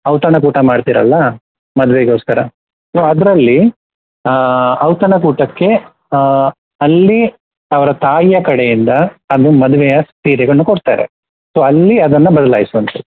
ಔತಣಕೂಟ ಮಾಡ್ತಿರಲ್ಲ ಮದುವೆಗೋಸ್ಕರ ಸೊ ಅದರಲ್ಲಿ ಔತಣಕೂಟಕ್ಕೆ ಅಲ್ಲಿ ಅವರ ತಾಯಿಯ ಕಡೆಯಿಂದ ಅದು ಮದುವೆಯ ಸೀರೆಗಳನ್ನು ಕೊಡ್ತಾರೆ ಸೊ ಅಲ್ಲಿ ಅದನ್ನು ಬದಲಾಯಿಸುವಂಥದ್ದು